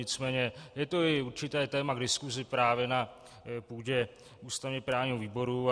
Nicméně je to i určité téma k diskusi právě na půdě ústavněprávního výboru.